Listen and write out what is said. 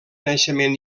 naixement